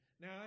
Now